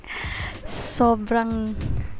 Sobrang